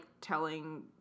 telling